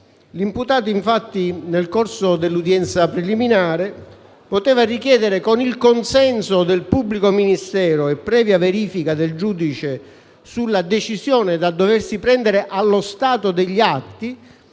L'imputato infatti nel corso dell'udienza preliminare poteva richiedere, con il consenso del pubblico ministero e previa verifica del giudice sulla decisione da doversi prendere allo stato degli atti,